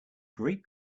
great